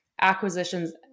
acquisitions